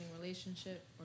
relationship